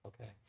okay